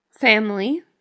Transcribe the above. family